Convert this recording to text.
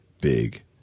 big